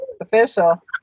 official